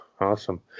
Awesome